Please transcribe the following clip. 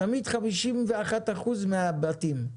תמיד 51% מהבתים.